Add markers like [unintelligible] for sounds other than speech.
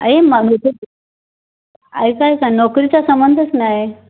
[unintelligible] ऐका ऐका नोकरीचा संबंधच नाही